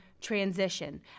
transition